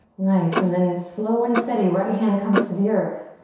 nice, and then slow and steady, right hand comes to the earth.